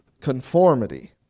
conformity